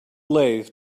lathe